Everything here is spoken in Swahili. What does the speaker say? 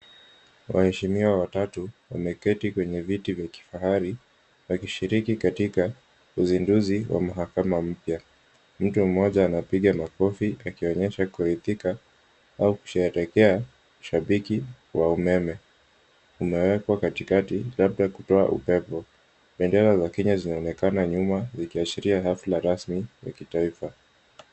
Waheshimiwa watatu wameketi kwenye viti vya kifahari wakishiriki katika uzinduzi wa mahakama mpya, mtu mmoja anapiga makofi akionyesha kuridhika au kusherehekea, shabiki wa umeme umewekwa katikati labda kutoa upepo, bendera za Kenya zinaonekana nyuma zikiashiria hafla rasmi ya kitaifa.